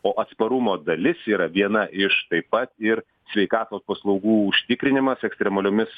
o atsparumo dalis yra viena iš taip pat ir sveikatos paslaugų užtikrinimas ekstremaliomis